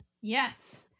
Yes